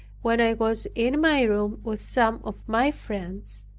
when i was in my room with some of my friends,